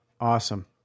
Awesome